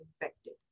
infected